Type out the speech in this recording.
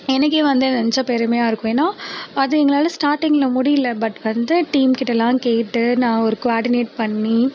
எனக்கே வந்து என்னை நினச்சா பெருமையாக இருக்கும் ஏன்னால் அது எங்களால் ஸ்டார்டிங்கில் முடியல பட் வந்து டீம் கிட்டேலாம் கேட்டு நான் ஒரு கோஆர்டினேட் பண்ணி